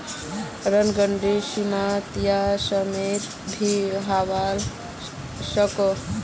ऋण गारंटी सीमित या असीमित भी होवा सकोह